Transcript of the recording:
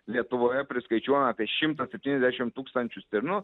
lietuvoje priskaičiuojama apie šimtą septyniasdešim tūkstančių stirnų